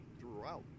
throughout